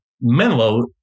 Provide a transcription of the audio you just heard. Menlo